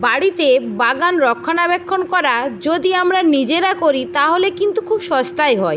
বাড়িতে বাগান রক্ষণাবেক্ষণ করা যদি আমরা নিজেরা করি তাহলে কিন্তু খুব সস্তায় হয়